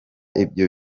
ibyo